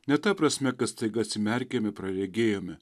ne ta prasme kas staiga atsimerkėme praregėjome